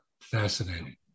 fascinating